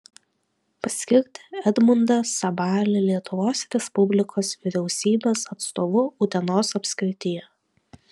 paskirti edmundą sabalį lietuvos respublikos vyriausybės atstovu utenos apskrityje